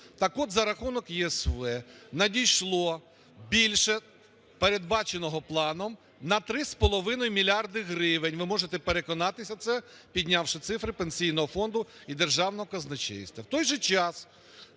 Так от, за рахунок ЄСВ надійшло більше передбаченого планом на 3,5 мільярда гривень. Ви можете переконатися в цьому, піднявши цифри Пенсійного фонду і Державного казначейства.